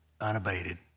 unabated